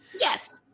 Yes